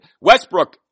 Westbrook